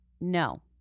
No